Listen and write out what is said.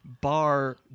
Bar